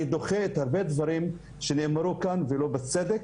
אני דוחה הרבה דברים שנאמרו כאן ולא בצדק,